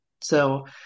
so-